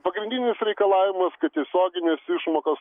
pagrindinis reikalavimas kad tiesioginės išmokos